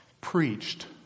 preached